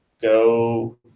go